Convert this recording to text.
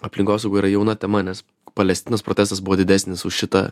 aplinkosauga yra jauna tema nes palestinos protestas buvo didesnis už šitą